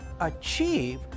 achieve